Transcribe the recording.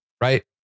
right